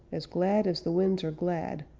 as glad as the winds are glad,